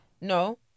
No